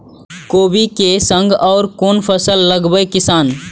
कोबी कै संग और कुन फसल लगावे किसान?